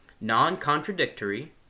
non-contradictory